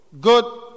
good